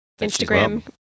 Instagram